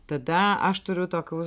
tada aš turiu tokių